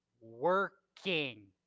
working